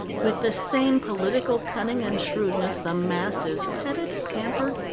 with the same political cunning and shrewdness the mass is petted, pampered,